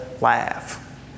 laugh